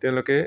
তেওঁলোকে